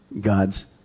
God's